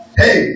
hey